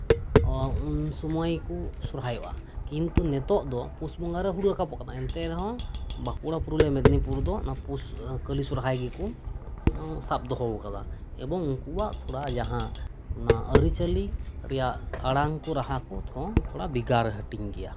ᱚ ᱩᱱ ᱥᱩᱢᱟᱹᱭ ᱠᱚ ᱥᱚᱨᱦᱟᱭᱚᱜᱼᱟ ᱠᱤᱱᱛᱩ ᱱᱤᱛᱚᱜ ᱫᱚ ᱯᱩᱥ ᱵᱚᱸᱜᱟ ᱨᱮ ᱦᱩᱲᱩ ᱨᱟᱠᱟᱵᱚᱜ ᱠᱟᱱᱟ ᱮᱱᱛᱮ ᱨᱮᱦᱚᱸ ᱵᱟᱸᱠᱩᱲᱟ ᱯᱩᱨᱩᱞᱤᱭᱟ ᱢᱮᱫᱽᱱᱤᱯᱩᱨ ᱫᱚ ᱚᱱᱟ ᱯᱩᱥ ᱠᱟᱞᱤ ᱥᱚᱨᱦᱟᱭ ᱜᱮᱠᱚ ᱥᱟᱵ ᱫᱚᱦᱚ ᱟᱠᱟᱫᱟ ᱮᱵᱚᱝ ᱩᱱᱠᱩᱣᱟᱜ ᱛᱷᱚᱲᱟ ᱡᱟᱸᱦᱟ ᱚᱱᱟ ᱟᱨᱤᱪᱟᱞᱤ ᱨᱮᱭᱟᱜ ᱟᱲᱟᱝ ᱠᱚ ᱨᱟᱦᱟ ᱠᱚ ᱫᱚ ᱛᱷᱚᱲᱟ ᱵᱮᱜᱟᱨ ᱦᱟᱴᱤᱧ ᱜᱮᱭᱟ